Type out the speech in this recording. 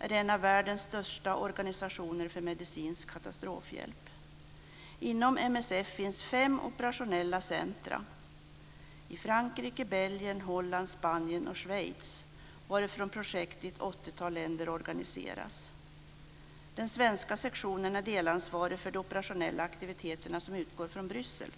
är en av världens största organisationer för medicinsk katastrofhjälp. Inom MSF finns fem operationella centrum, i Frankrike, Belgien, Holland, Spanien och Schweiz, varifrån projekt i ett åttiotal länder organiseras. Den svenska sektionen är delansvarig för de operationella aktiviteterna som utgår från Bryssel.